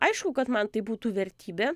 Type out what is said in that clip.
aišku kad man tai būtų vertybė